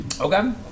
Okay